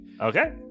Okay